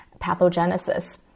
pathogenesis